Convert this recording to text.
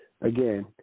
again